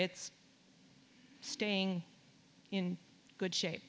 it's staying in good shape